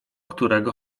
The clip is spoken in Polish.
którego